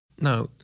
Now